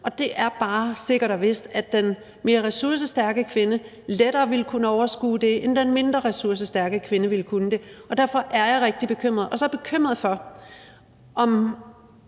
Og det er bare sikkert og vist, at den mere ressourcestærke kvinde lettere vil kunne overskue det end den mindre ressourcestærke kvinde vil kunne det, og derfor er jeg rigtig bekymret. Så er jeg bekymret for, om